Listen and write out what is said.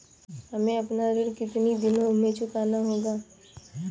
हमें अपना ऋण कितनी दिनों में चुकाना होगा?